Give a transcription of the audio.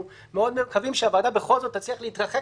אנחנו מאוד מקווים שהוועדה בכל זאת תצליח להתרחק